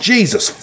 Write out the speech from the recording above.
Jesus